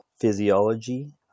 physiology